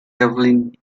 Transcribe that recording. devlin